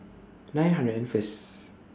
nine hundred and First